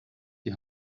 die